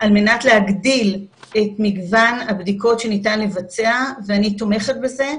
על מנת להגדיל את מגוון הבדיקות שניתן לבצע ואני תומכת בזה.